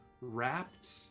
wrapped